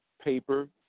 Paper